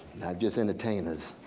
just entertainers,